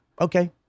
okay